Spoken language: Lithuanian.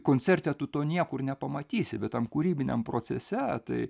koncerte tu to niekur nepamatysi bet tam kūrybiniam procese tai